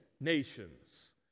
nations